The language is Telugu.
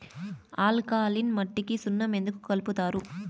ఆల్కలీన్ మట్టికి సున్నం ఎందుకు కలుపుతారు